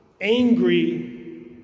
angry